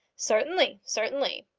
certainly, certainly.